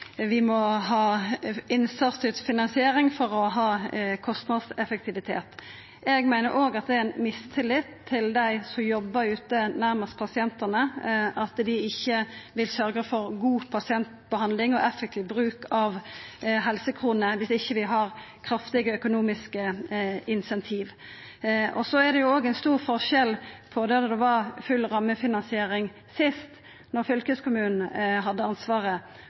vi må ha innsatsstyrt finansiering for å ha kostnadseffektivitet. Eg meiner òg at det er ein mistillit til dei som jobbar nærmast pasientane, å tru at dei ikkje vil sørgja for god pasientbehandling og effektiv bruk av helsekronene viss vi ikkje har kraftige økonomiske incentiv. Det er òg ein stor forskjell frå da det var full rammefinansiering sist, da fylkeskommunen hadde ansvaret.